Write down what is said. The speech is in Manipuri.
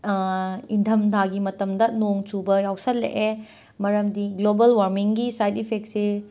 ꯏꯟꯗꯝꯊꯥꯒꯤ ꯃꯇꯝꯗ ꯅꯣꯡ ꯆꯨꯕ ꯌꯥꯎꯁꯤꯜꯂꯛꯑꯦ ꯃꯔꯝꯗꯤ ꯒ꯭ꯂꯣꯕꯜ ꯋꯥꯔꯃꯤꯡꯒꯤ ꯁꯥꯏ꯭ꯠ ꯏꯐꯦꯛꯁꯦ